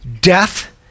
death